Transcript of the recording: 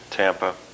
Tampa